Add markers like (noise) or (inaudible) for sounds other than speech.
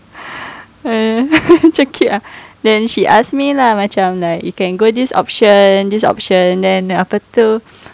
(laughs) so cute ah then she ask me lah macam like you can go this option this option then apa itu